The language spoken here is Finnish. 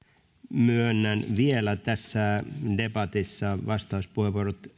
myönnän vielä tässä debatissa vastauspuheenvuorot